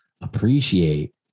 appreciate